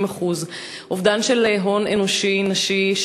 30%. אובדן של הון אנושי נשי,